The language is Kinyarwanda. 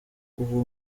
uwo